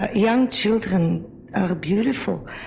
ah young children are beautiful,